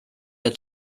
der